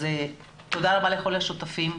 תודה רבה לכל השותפים.